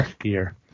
gear